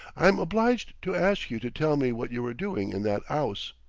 i'm obliged to ask you to tell me what you were doing in that ouse.